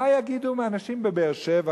מה יגידו אנשים בבאר-שבע,